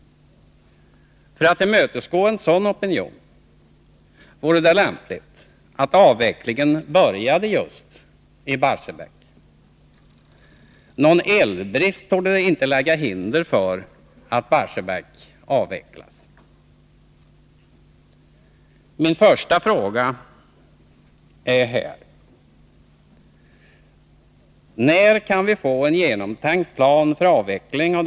För att tillmötesgå en sådan opinion vore det lämpligt att avvecklingen började just i Barsebäck. Någon elbrist torde inte lägga några hinder i vägen för att Barsebäck avvecklas.